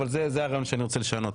אבל זה הרעיון שאני רוצה לשנות.